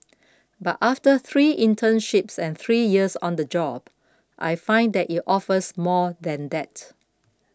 but after three internships and three years on the job I find that it offers more than that